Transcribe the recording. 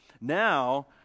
Now